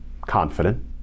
confident